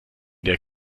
der